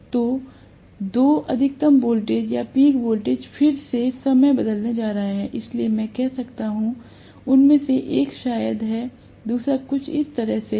तो दो अधिकतम वोल्टेज या पीक वोल्टेज फिर से समय बदलने जा रहे हैं इसलिए मैं कह सकता हूं उनमें से एक शायद ऐसा है दूसरा कुछ इस तरह से है